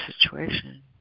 situation